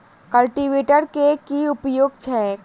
Cultivator केँ की उपयोग छैक?